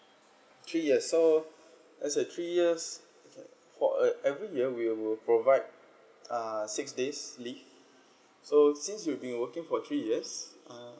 three years so let's say three years for every year we will provide uh six days leave so since you been working for three years uh